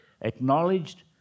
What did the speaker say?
Acknowledged